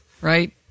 right